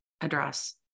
address